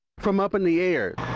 from up in the air,